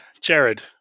Jared